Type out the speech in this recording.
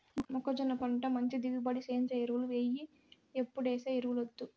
మొక్కజొన్న పంట మంచి దిగుబడికి సేంద్రియ ఎరువులు ఎయ్యి ఎప్పుడేసే ఎరువులొద్దు